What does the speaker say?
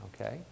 Okay